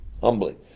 Humbly